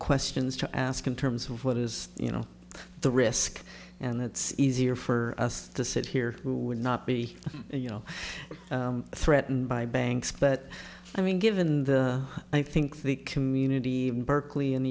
questions to ask in terms of what is you know the risk and it's easier for us to sit here not be you know threatened by banks but i mean given the i think the community berkeley and